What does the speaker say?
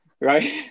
Right